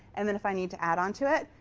and then if i need to add onto it,